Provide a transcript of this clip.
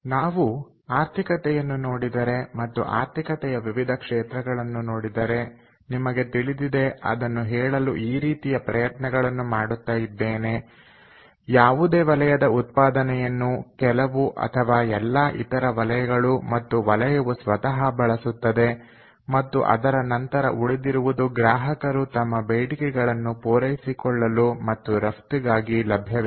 ನಾವು ಆರ್ಥಿಕತೆಯನ್ನು ನೋಡಿದರೆ ಮತ್ತು ಆರ್ಥಿಕತೆಯ ವಿವಿಧ ಕ್ಷೇತ್ರಗಳನ್ನು ನೋಡಿದರೆ ನಿಮಗೆ ತಿಳಿದಿದೆ ಅದನ್ನು ಹೇಳಲು ಈ ರೀತಿಯ ಪ್ರಯತ್ನಗಳನ್ನು ಮಾಡುತ್ತ ಇದ್ದೇನೆ ಯಾವುದೇ ವಲಯದ ಉತ್ಪಾದನೆಯನ್ನು ಕೆಲವು ಅಥವಾ ಎಲ್ಲಾ ಇತರ ವಲಯಗಳು ಮತ್ತು ವಲಯವು ಸ್ವತಃ ಬಳಸುತ್ತದೆ ಮತ್ತು ಅದರ ನಂತರ ಉಳಿದಿರುವುದು ಗ್ರಾಹಕರು ತಮ್ಮ ಬೇಡಿಕೆಗಳನ್ನು ಪೂರೈಸಿಕೊಳ್ಳಲು ಮತ್ತು ರಫ್ತುಗಾಗಿ ಲಭ್ಯವಿರುತ್ತದೆ